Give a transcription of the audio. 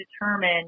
determine